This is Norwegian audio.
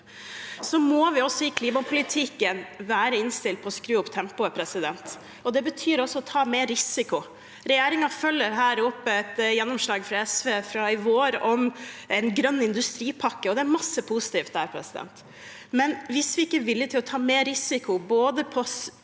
Så må vi også i klimapolitikken være innstilt på å skru opp tempoet, og det betyr også å ta mer risiko. Regjeringen følger her opp et gjennomslag for SV fra i vår om en grønn industripakke. Det er masse positivt der, men hvis vi ikke er villig til å ta mer risiko med